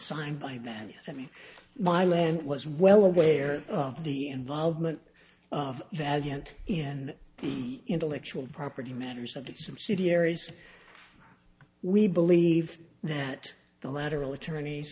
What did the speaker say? signed by ben i mean my land was well aware of the involvement of valiant and the intellectual property matters of its subsidiaries we believe that the lateral attorneys